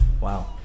Wow